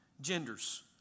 genders